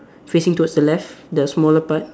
facing towards the left the smaller part